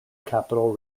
capital